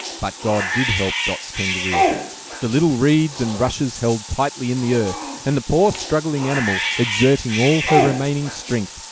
but god did help dot's kangaroo the little reeds and rushes held tightly in the earth, and the poor struggling animal, exerting all her remaining strength,